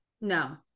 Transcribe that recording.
no